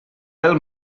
pel